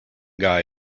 guy